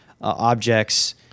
objects